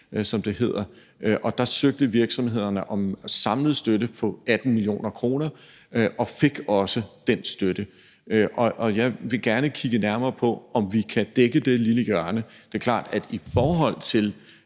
som det hedder, og da søgte virksomhederne om en samlet støtte på 18 mio. kr. og fik også den støtte, og jeg vil gerne kigge nærmere på, om vi kan dække det lille hjørne. Det er jo klart, at i forhold til